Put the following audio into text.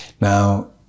Now